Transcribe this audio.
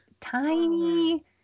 tiny